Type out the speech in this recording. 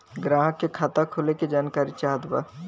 ग्राहक के खाता खोले के जानकारी चाहत बा?